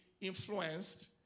influenced